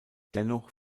dennoch